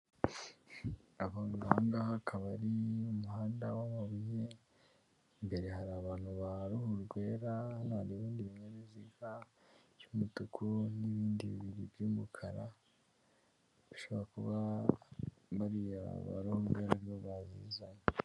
Abantu ahangaha hakaba hari umuhanda w'amabuye, imbere hari abantu ba ruhurwera, hari ibindi binyabiziga by'umutuku, n'ibindi bibiri by'umukara, bashobora kuba bariya ba ruhurwera aribo bazizanye.